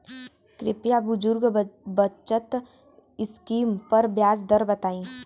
कृपया बुजुर्ग बचत स्किम पर ब्याज दर बताई